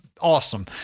Awesome